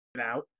out